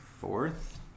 fourth